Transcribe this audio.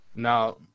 Now